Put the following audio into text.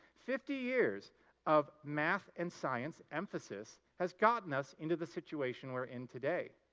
fifty years of math and science emphasis has gotten us into the situation we're in today.